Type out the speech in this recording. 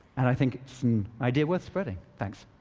and i think it's an idea worth spreading. thanks.